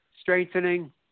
strengthening